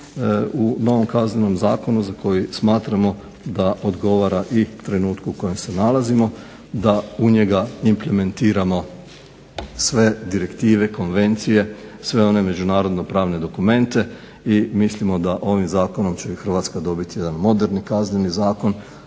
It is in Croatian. u novom Kaznenom zakonu za koji smatramo da odgovara i trenutku u kojem se nalazimo, da u njega implementiramo sve direktive, konvencije, sve one međunarodno-pravne dokumente i mislimo da ovim zakonom će Hrvatska dobiti jedan moderni Kazneni zakon.